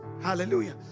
Hallelujah